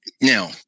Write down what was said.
now